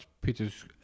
Peters